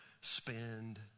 spend